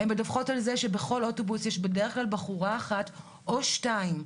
הן מדווחות על זה שבכל אוטובוס יש בדרך כלל בחורה אחת או שתיים,